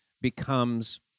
becomes